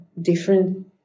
different